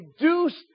reduced